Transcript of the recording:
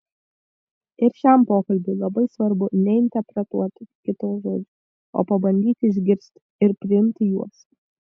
ir šiam pokalbiui labai svarbu neinterpretuoti kito žodžių o pabandyti išgirsti ir priimti juos